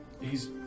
he's-